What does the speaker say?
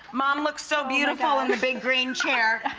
mom looks so beautiful in the big green chair.